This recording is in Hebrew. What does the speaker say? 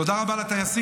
תודה רבה לטייסים,